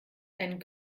einen